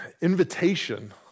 invitation